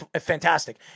fantastic